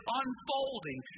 unfolding